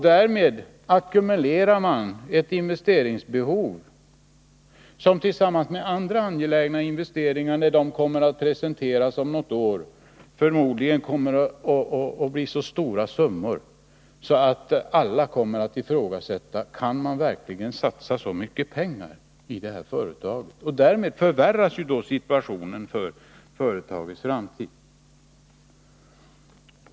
Därmed ackumulerar man ett investeringsbehov, som tillsammans med andra angelägna krav på investeringar, när de presenteras om något år, förmodligen kommer att uppgå till så stora summor att alla kommer att ifrågasätta: Kan man verkligen satsa så mycket pengar i det här företaget? Därmed förvärras situationen för företagets framtid.